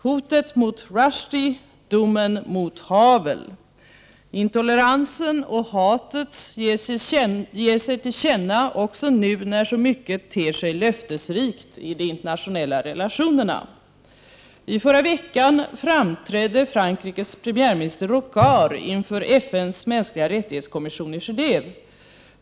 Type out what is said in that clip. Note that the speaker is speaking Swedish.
Hotet mot Rushdie, domen mot Havel — intoleransen och hatet ger sig till känna också nu, när så mycket ter sig hoppingivande i de internationella relationerna. I förra veckan framträdde Frankrikes premiärminister Rocard inför FN:s kommission för mänskliga rättigheter i Genåve.